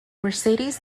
mercedes